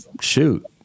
shoot